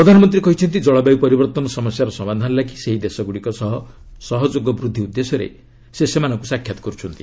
ପ୍ରଧାନମନ୍ତ୍ରୀ କହିଛନ୍ତି ଜଳବାୟୁ ପରିବର୍ତ୍ତନ ସମସ୍ୟାର ସମାଧାନ ଲାଗି ସେହି ଦେଶଗୁଡ଼ିକ ସହ ସହଯୋଗ ବୃଦ୍ଧି ଉଦ୍ଦେଶ୍ୟରେ ସେ ସେମାନଙ୍କୁ ସାକ୍ଷାତ କରୁଛନ୍ତି